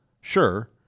Sure